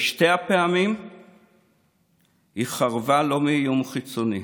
בשתי הפעמים היא חרבה לא מאיום חיצוני.